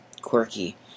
quirky